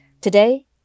Today